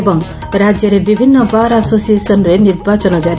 ଏବଂ ରାକ୍ୟରେ ବିଭିନ୍ନ ବାର୍ ଆସୋସିଏସନ୍ରେ ନିର୍ବାଚନ ଜାରି